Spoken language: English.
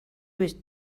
was